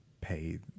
pay